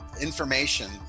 information